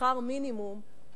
שכר מינימום,